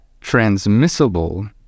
transmissible